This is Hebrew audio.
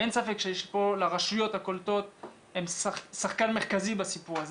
ואין ספק שהרשויות הקולטות הן שחקן מרכזי בסיפור הזה.